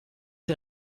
der